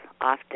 often